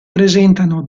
presentano